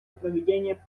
проведения